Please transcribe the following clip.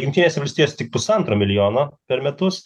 jungtinėse valstijose tik pusantro milijono per metus